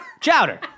Chowder